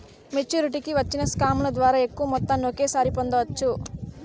మెచ్చురిటీకి వచ్చిన స్కాముల ద్వారా ఎక్కువ మొత్తాన్ని ఒకేసారి పొందవచ్చు